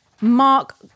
Mark